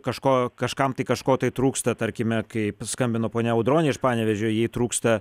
kažko kažkam tai kažko trūksta tarkime kai paskambino ponia audronė iš panevėžio jai trūksta